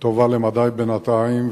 טובה למדי בינתיים,